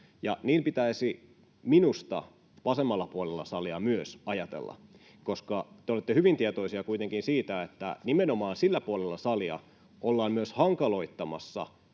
niin pitäisi minusta myös vasemmalla puolella salia ajatella. Te olette kuitenkin hyvin tietoisia siitä, että nimenomaan sillä puolella salia ollaan myös hankaloittamassa